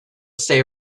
stay